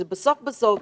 שבסוף-בסוף,